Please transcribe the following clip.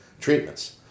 treatments